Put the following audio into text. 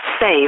Save